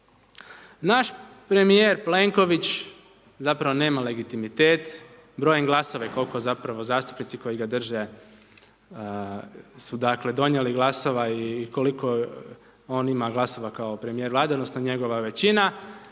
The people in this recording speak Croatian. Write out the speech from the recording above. Naš premijer Plenković zapravo nema legitimitet, brojim glasova koliko zapravo zastupnici koji ga drže su dakle donijeli glasova i koliko on ima glasova kao premijer Vlade, odnosno njegova većina,